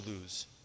lose